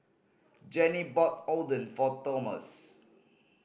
Jannie bought Oden for Tomas